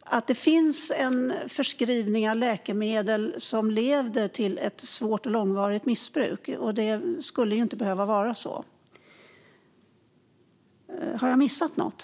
att det finns en förskrivning av läkemedel som leder till ett svårt och långvarigt missbruk. Det skulle inte behöva vara så. Har jag missat något?